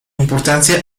importancia